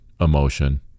emotion